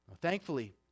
Thankfully